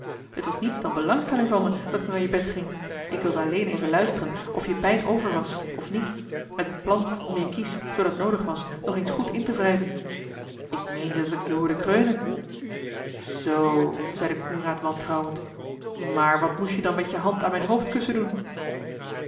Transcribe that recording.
het was niets dan belangstelling van me dat ik naar je bed ging ik wilde alleen even luisteren of je pijn over was of niet met het plan om je kies zoo dat noodig was nog eens goed in te wrijven ik meende dat ik je hoorde kreunen zoo zeide coenraad wantrouwend maar wat moest je dan met je hand aan mijn hoofdkussen doen